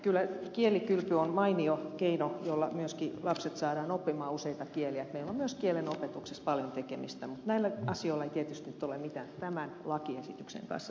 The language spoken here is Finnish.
kyllä kielikylpy on mainio keino jolla myöskin lapset saadaan oppimaan useita kieliä ja meillä on kielenopetuksessa paljon tekemistä mutta näillä asioilla ei tietysti nyt ole mitään tämän lakiesityksen kanssa tekemistä